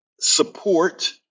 support